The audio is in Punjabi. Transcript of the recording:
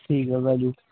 ਠੀਕ ਹੈ ਭਾਜੀ